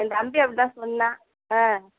என் தம்பி அப்படி தான் சொன்னான் ஆ